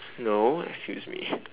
no excuse me